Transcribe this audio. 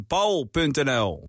Paul.nl